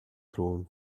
thrown